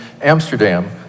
Amsterdam